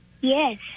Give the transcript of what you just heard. Yes